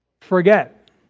Forget